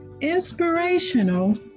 inspirational